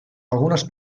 algunes